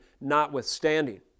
notwithstanding